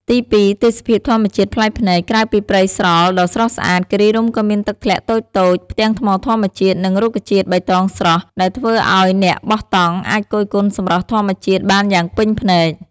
ទីពីរ ទេសភាពធម្មជាតិប្លែកភ្នែក ក្រៅពីព្រៃស្រល់ដ៏ស្រស់ស្អាត គិរីរម្យក៏មានទឹកធ្លាក់តូចៗ ផ្ទាំងថ្មធម្មជាតិ និងរុក្ខជាតិបៃតងស្រស់ ដែលធ្វើឲ្យអ្នកបោះតង់អាចគយគន់សម្រស់ធម្មជាតិបានយ៉ាងពេញភ្នែក។